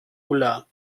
ulla